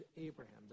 Abraham